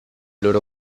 loro